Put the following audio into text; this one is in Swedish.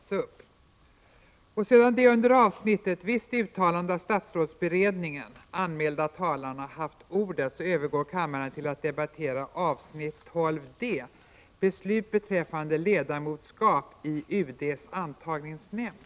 Sedan de under avsnittet Visst uttalande av statsrådsberedningen anmälda talarna nu haft ordet övergår kammaren till att debattera avsnitt 12 d: Beslut beträffande ledamotskap i UD:s antagningsnämnd.